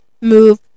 move